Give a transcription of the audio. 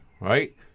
right